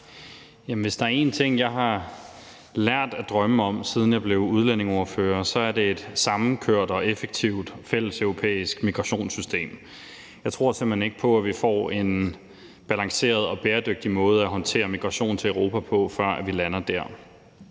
Hvis der er en ting, jeg har lært at drømme om, siden jeg blev udlændingeordfører, så er det et samkørt og effektivt fælleseuropæisk migrationssystem. Jeg tror simpelt hen ikke på, at vi får en balanceret og bæredygtig måde at håndtere migration til Europa på, før vi lander der.